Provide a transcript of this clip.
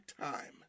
time